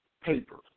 paper